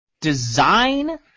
design